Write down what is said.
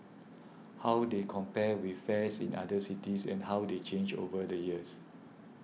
how they compare with fares in other cities and how they change over the years